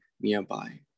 nearby